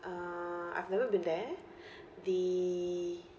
uh I've never been there the